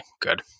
good